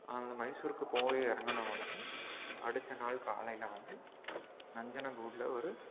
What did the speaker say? நாங்கள் மைசூருக்கு போய் இறங்குன உடனே அடுத்தநாள் காலையில் வந்து நஞ்சனகூடில் ஒரு